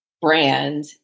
brand